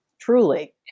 Truly